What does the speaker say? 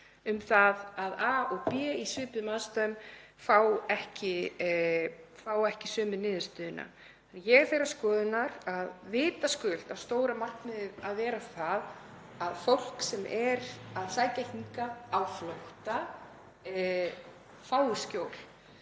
um að a og b í svipuðum aðstæðum fá ekki sömu niðurstöðuna. Ég er þeirrar skoðunar að vitaskuld eigi stóra markmiðið að vera það að fólk sem er að sækja hingað á flótta fái skjól